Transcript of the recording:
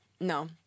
no